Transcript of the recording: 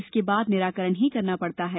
इसके बाद निराकरण ही करना पड़ता है